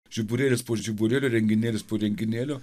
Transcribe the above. žiburėlis po žiburėlio renginėlis po renginėlio